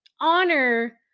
honor